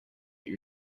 your